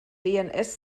dns